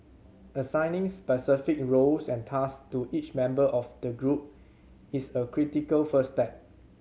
assigning specific roles and task to each member of the group is a critical first step